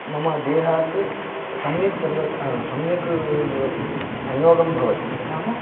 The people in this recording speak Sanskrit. मम देहात् सम्यक् परिवर्त् सम्यग् संयोगं भवति नाम